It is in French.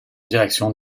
direction